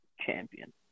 champion